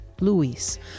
Luis